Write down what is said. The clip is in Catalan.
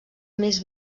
més